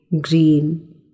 green